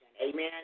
Amen